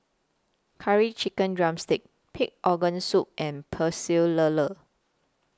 Curry Chicken Drumstick Pig Organ Soup and Pecel Lele